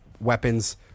weapons